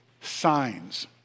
signs